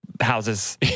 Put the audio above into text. houses